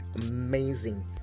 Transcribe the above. amazing